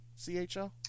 CHL